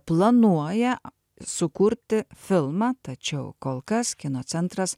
planuoja sukurti filmą tačiau kol kas kino centras